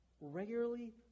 regularly